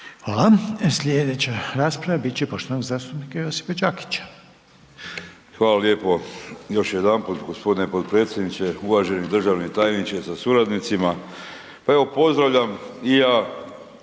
Hvala. Slijedeća rasprava bit će poštovanog zastupnika Josipa Đakića. **Đakić, Josip (HDZ)** Hvala lijepo još jedanput g. potpredsjedniče, uvaženi državni tajniče sa suradnicima. Pa evo pozdravljam i ja